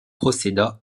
procéda